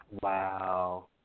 Wow